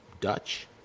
Dutch